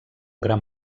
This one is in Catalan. gran